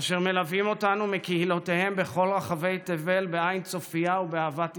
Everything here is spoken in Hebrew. אשר מלווים אותנו מקהילותיהם בכל רחבי תבל בעין צופייה ובאהבת ישראל.